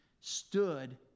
stood